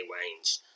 range